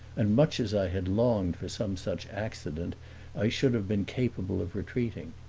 and much as i had longed for some such accident i should have been capable of retreating.